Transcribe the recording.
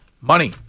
money